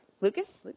Lucas